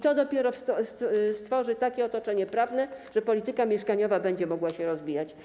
To dopiero stworzy takie otoczenie prawne, że polityka mieszkaniowa będzie mogła się rozwijać.